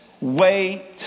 wait